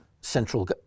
central